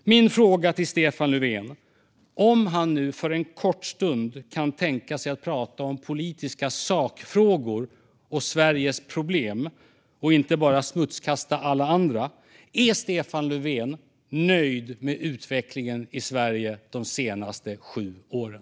Min fråga till Stefan Löfven - om han nu för en kort stund kan tänka sig att prata om politiska sakfrågor och Sveriges problem och inte bara smutskasta alla andra - är: Är Stefan Löfven nöjd med utvecklingen i Sverige de senaste sju åren?